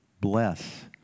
bless